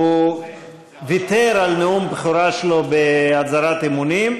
שהוא ויתר על נאום הבכורה שלו בהצהרת אמונים,